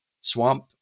swamp